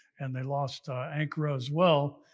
and they lost ankara as well.